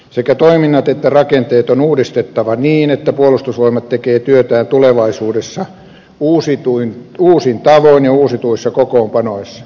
sekä toiminnat että rakenteet on uudistettava niin että puolustusvoimat tekee työtään tulevaisuudessa uusin tavoin ja uusituissa kokoonpanoissa